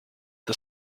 the